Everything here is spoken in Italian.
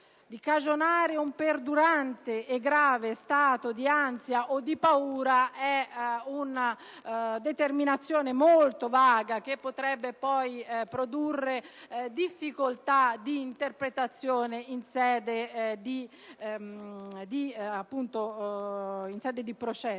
di cagionare un perdurante e grave stato di ansia o di paura, si configura una determinazione molto vaga che potrebbe poi produrre difficoltà di interpretazione in sede di processo